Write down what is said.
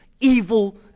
evil